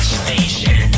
station